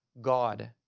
God